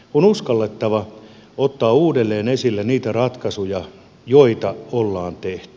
on uskallettava ottaa uudelleen esille niitä ratkaisuja joita ollaan tehty